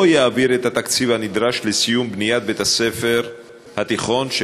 יעביר את התקציב הנדרש לסיום בניית בית-הספר התיכון,